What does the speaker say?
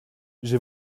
j’ai